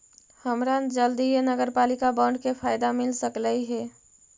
हमरा जल्दीए नगरपालिका बॉन्ड के फयदा मिल सकलई हे